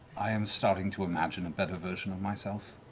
i am starting to imagine a better version of myself.